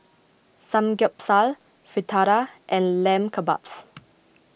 Samgeyopsal Fritada and Lamb Kebabs